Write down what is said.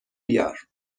بیار